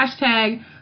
hashtag